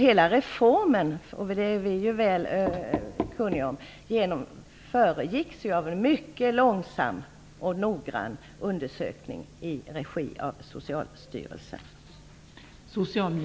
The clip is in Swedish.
Hela reformen - vilket vi ju är väl kunniga om - föregicks ju av en mycket långsam och noggrann undersökning i regi av Socialstyrelsen.